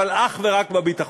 אבל אך ורק בביטחון.